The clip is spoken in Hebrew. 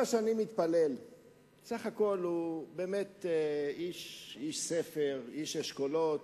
בסך הכול הוא באמת איש ספר, איש אשכולות,